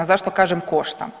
Zašto kažem košta?